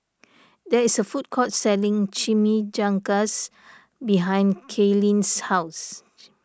there is a food court selling Chimichangas behind Kaylynn's house